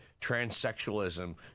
transsexualism